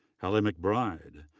halle mcbride,